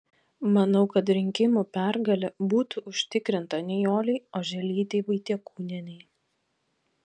manau kad rinkimų pergalė būtų užtikrinta nijolei oželytei vaitiekūnienei